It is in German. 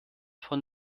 von